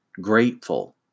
grateful